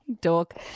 Dork